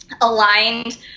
aligned